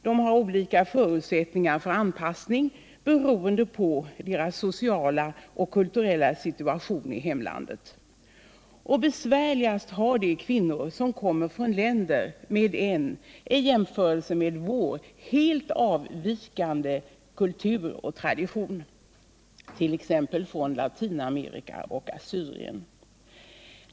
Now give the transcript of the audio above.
De har olika förutsättningar för anpassning, beroende på sin sociala och kulturella situation i hemlandet. Besvärligast har de kvinnor som kommer från länder med en i jämförelse med vår helt avvikande kultur och tradition, t.ex. Latinamerika och Syrien.